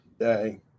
Day